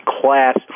class